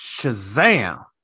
Shazam